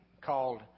called